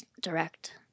direct